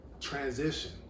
transition